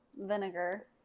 vinegar